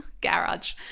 garage